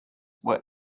were